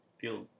feel